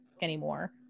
anymore